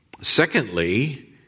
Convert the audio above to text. Secondly